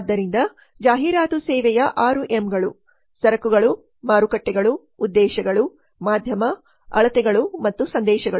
ಆದ್ದರಿಂದ ಜಾಹೀರಾತು ಸೇವೆಯ 6 ಎಂಗಳು ಸರಕುಗಳು ಮಾರುಕಟ್ಟೆಗಳು ಉದ್ದೇಶಗಳು ಮಾಧ್ಯಮ ಅಳತೆಗಳು ಮತ್ತು ಸಂದೇಶಗಳು